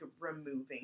removing